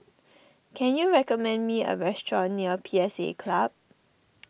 can you recommend me a restaurant near P S A Club